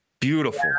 Beautiful